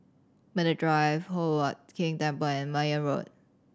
Medway Drive Hock Huat Keng Temple and Mayne Road